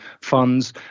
funds